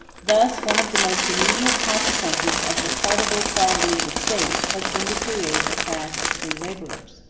thus one of the most immediate consequences of the partible quality of estates has been to create a class of free laborers.